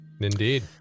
Indeed